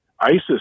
ISIS